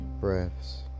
breaths